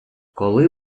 коли